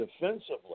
defensively